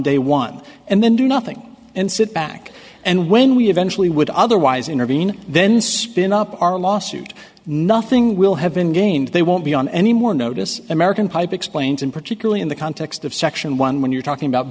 day one and then do nothing and sit back and when we eventually would otherwise intervene then spin up our lawsuit nothing will have been gained they won't be on anymore notice american pipe explains and particularly in the context of section one when you're talking about